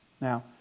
Now